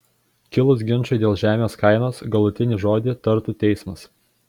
kilus ginčui dėl žemės kainos galutinį žodį tartų teismas